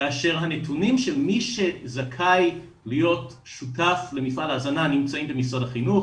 כאשר הנתונים של מי שזכאי להיות שותף למפעל ההזנה נמצאים במשרד החינוך